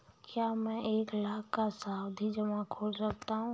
क्या मैं एक लाख का सावधि जमा खोल सकता हूँ?